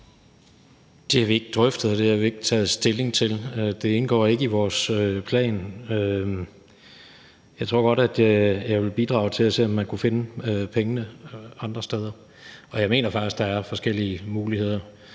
det har vi ikke taget stilling til. Det indgår ikke i vores plan. Jeg tror godt, jeg vil bidrage til at se, om man kunne finde pengene andre steder. Og jeg mener faktisk, der er forskellige muligheder.